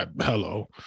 hello